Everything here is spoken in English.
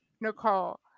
Nicole